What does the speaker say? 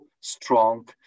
strong